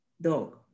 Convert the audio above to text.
dog